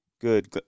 good